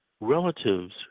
Relatives